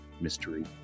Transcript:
mystery